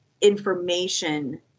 information